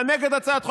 אתה נגד הצעת חוק?